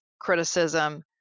criticism